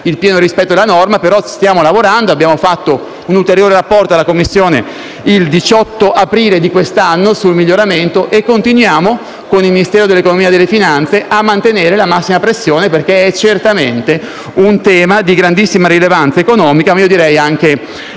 il pieno rispetto della norma. Ci stiamo, però, lavorando. Abbiamo redatto un ulteriore rapporto alla Commissione il 18 aprile di quest'anno sui miglioramenti e continuiamo con il Ministero dell'economia e delle finanze a mantenere la massima pressione, trattandosi certamente di un tema di grandissima rilevanza economica e direi anche